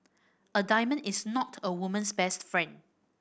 a diamond is not a woman's best friend